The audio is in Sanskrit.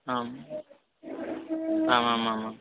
आम् आमामामाम्